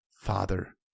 Father